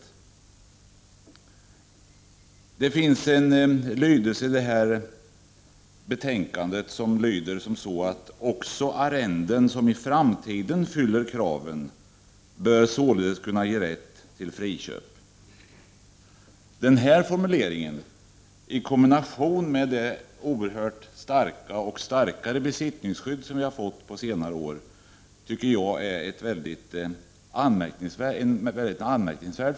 I betänkandet finns en mening med följande lydelse: ”Också arrenden som i framtiden fyller kraven bör således kunna ge rätt till friköp.” Den formuleringen, i kombination med det oerhört starka och på senare tid än starkare besittningsskyddet, tycker jag är mycket anmärkningsvärd.